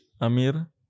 Amir